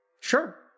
Sure